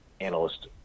analyst